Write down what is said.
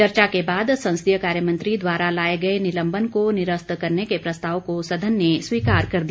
चर्चा के बाद संसदीय कार्य मंत्री द्वारा लाए गए निलंबन को निरस्त करने के प्रस्ताव को सदन ने स्वीकार कर दिया